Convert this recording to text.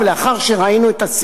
משום מה האנשים סבורים,